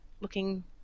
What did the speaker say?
looking